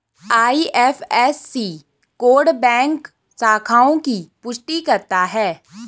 IFSC code bank शाखाओं की पुष्टि करता है